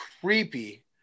creepy